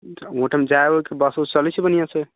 ओहिठाम जाइ उइके बस उस चलै छै बढ़िआँसँ